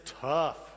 tough